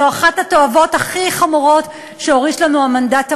זו אחת התועבות הכי חמורות שהוריש לנו המנדט הבריטי,